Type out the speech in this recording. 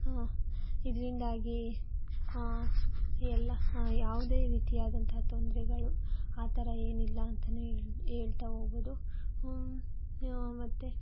ಇದರಿಂದಾಗಿ ಎಲ್ಲ ಯಾವುದೇ ರೀತಿಯಾದಂತಹ ತೊಂದರೆಗಳು ಆ ಥರ ಏನಿಲ್ಲ ಅಂತಲೇ ಹೇಳಿ ಹೇಳ್ತಾ ಹೋಗ್ಬೋದು ಮತ್ತು